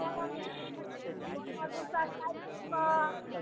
कोनो कोनो दू सए साठिके